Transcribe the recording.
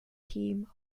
team